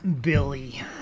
Billy